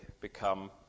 become